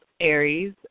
Aries